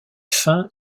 fin